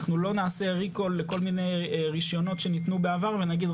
אנחנו לא נעשה ריקול לכל מיני רישיונות שניתנו בעבר ונגיד,